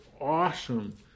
awesome